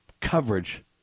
coverage